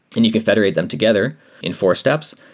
and you can federate them together in four steps.